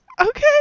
Okay